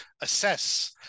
assess